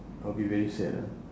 I'll be very sad ah